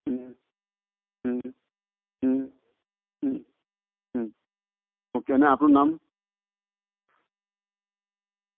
હમ હમ હમ હમ હમ હમ ઓકે ને આપનું નામ